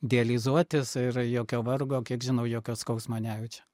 dializuotis ir jokio vargo kiek žinau jokio skausmo nejaučia